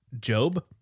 Job